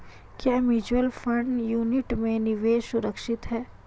क्या mutual fund unit में निवेश सुरक्षित है?